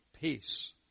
peace